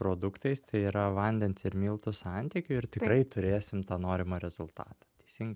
produktais tai yra vandens ir miltų santykiu ir tikrai turėsim tą norimą rezultatą teisingai